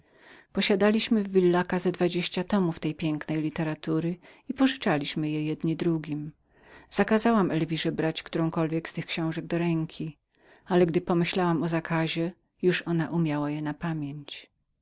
ze dwadzieścia tomów tej pięknej literatury i pożyczaliśmy je jedni drugim zakazałam elwirze brać którąkolwiek z tych książek do ręki ale gdy pomyślałam o zakazie już ona większą ich część umiała na pamięć